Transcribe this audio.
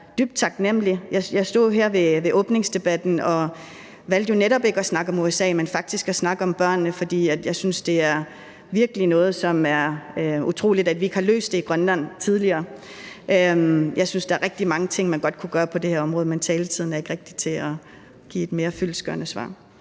dybt taknemlig. Jeg stod her ved åbningsdebatten og valgte jo netop ikke at snakke om USA, men faktisk at snakke om børnene, for jeg synes virkelig, det er noget, som det er utroligt at vi ikke har fået løst i Grønland tidligere. Jeg synes, der er rigtig mange ting, man kunne gøre på det her område, men taletiden er ikke rigtig til at give et mere fyldestgørende svar.